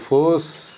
Force